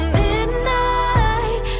midnight